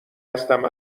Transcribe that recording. هستم